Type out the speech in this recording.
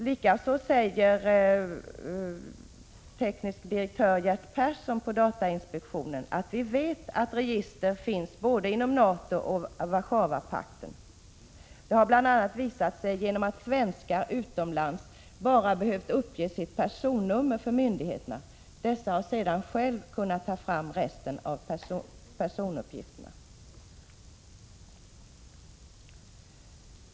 Likaså säger Gert Persson, teknisk direktör på datainspektionen, att man vet att register finns både inom NATO och Warszawapakten. Det har bl.a. visat sig genom att svenskar utomlands bara behövt uppge sitt personnummer för myndigheterna. Dessa har sedan själva kunnat ta fram resten av personuppgifterna.